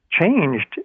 changed